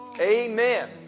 Amen